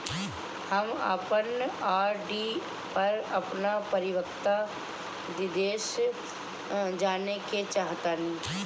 हम अपन आर.डी पर अपन परिपक्वता निर्देश जानेके चाहतानी